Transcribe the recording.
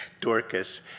Dorcas